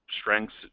strengths